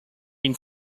been